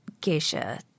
geisha